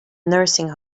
nursing